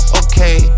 okay